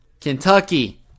Kentucky